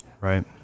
Right